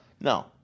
no